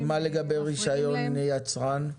ומה לגבי רישיון יצרן?